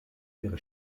ihre